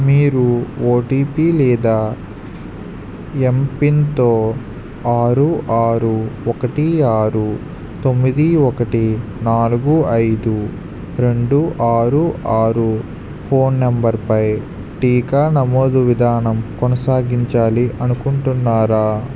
మీరు ఓటీపీ లేదా ఎమ్పిన్తో ఆరు ఆరు ఒకటి ఆరు తొమ్మిది ఒకటి నాలుగు ఐదు రెండు ఆరు ఆరు ఫోన్ నంబర్పై టీకా నమోదు విధానం కొనసాగించాలి అనుకుంటున్నారా